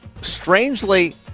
strangely